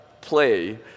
play